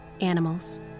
animals